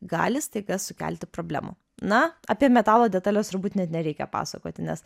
gali staiga sukelti problemų na apie metalo detales turbūt net nereikia pasakoti nes